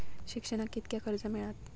शिक्षणाक कीतक्या कर्ज मिलात?